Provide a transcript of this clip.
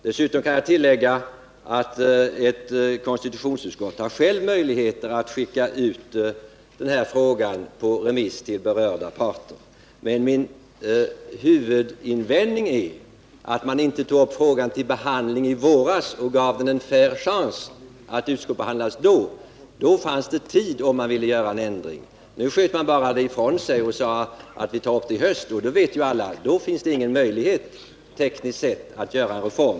Dessutom kan jag tillägga att konstitutionsutskottet självt har möjligheter att skicka ut den här frågan på remiss till berörda parter. Men min huvudinvändningäratt man — Nr 52 inte tog upp frågan till behandling i våras och gav den en fair chans att bli utskottsbehandlad då. I så fall hade det funnits tid om man ville göra en ändring. Men man bara sköt det ifrån sig och sade att vi tar upp det i höst — och det vet alla att då finns ingen möjlighet tekniskt sett att genomföra en reform.